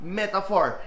metaphor